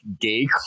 gay